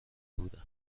بودم